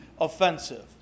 offensive